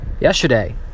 yesterday